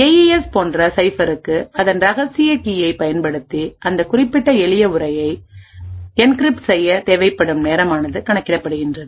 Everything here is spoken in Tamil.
ஏஇஎஸ் போன்ற சைஃப்பருக்கு அதன் ரகசிய கீயைப் பயன்படுத்தி அந்த குறிப்பிட்ட எளிய உரையை என்கிரிப்ட் செய்ய தேவைப்படும் நேரம் ஆனது கணக்கிடப்படுகிறது